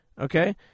okay